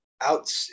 out